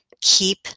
keep